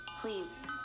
Please